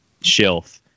shelf